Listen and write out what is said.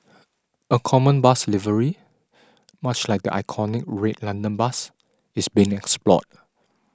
a common bus livery much like the iconic red London bus is being explored